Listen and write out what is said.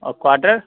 और क्वार्टर